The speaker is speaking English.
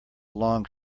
long